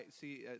see